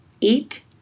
eat